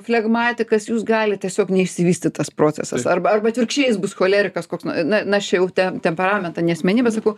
flegmatikas jūs gali tiesiog neišsivystyt tas procesas arba arba atvirkščiai jis bus cholerikas koks na na aš jau ten temperamentą ne asmenybę sakau